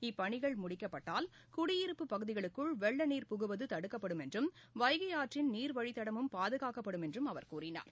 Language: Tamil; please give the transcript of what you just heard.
இப்பணிகள் முடிக்கப்பட்டால் குடியிருப்புப் பகுதிகளுக்குள் வெள்ளநீர் புகுவதுதடுக்கப்படுவதுடன் வைகைஆற்றின் நீர்வழித்தடமும் பாதுகாக்கப்படும் என்றுஅவர் கூறினார்